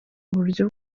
buryo